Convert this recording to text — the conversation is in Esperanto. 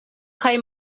kaj